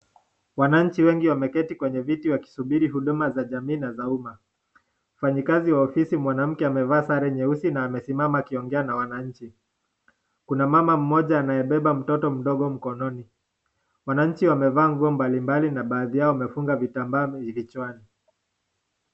Wananchi wengi wameketi kwenye kiti wakisubiri huduma za jamii na za umma. Mfanyakazi wa ofisi mwanamke amevaa sare nyeusi na amesimama akiongea na wananchi kuna mama mmoja anayebeba mtoto mdogo mkononi wananchi wamevaa nguo mbali mbali na baadhi yao wamevaa vitambaa vichwani.